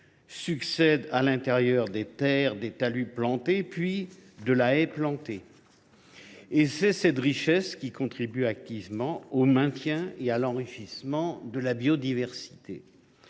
succèdent à l’intérieur des terres des talus plantés, puis de la haie plantée. Cette richesse contribue activement au maintien et à l’enrichissement de la biodiversité.